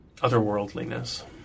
otherworldliness